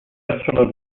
astronaut